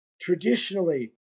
traditionally